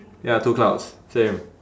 ya two clouds same